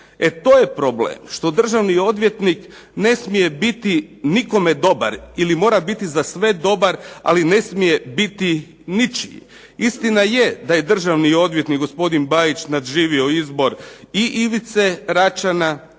E to je problem, što državni odvjetnik ne smije biti nikome dobar, ili mora biti za sve dobar, ali ne smije biti ničiji. Istina je da je državni odvjetnik gospodin Bajić nadživio izbor i Ivice Račana,